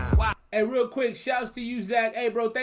a real quick shots to use that april.